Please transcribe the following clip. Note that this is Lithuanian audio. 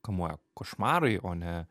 kamuoja košmarai o ne